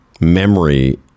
Memory